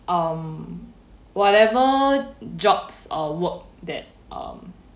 um whatever jobs or work that um